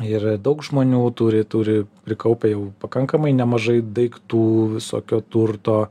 ir daug žmonių turi turi prikaupę jau pakankamai nemažai daiktų visokio turto